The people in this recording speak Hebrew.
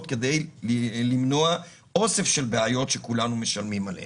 כדי למנוע אוסף של בעיות שכולנו משלמים עליהן.